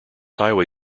highway